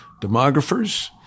demographers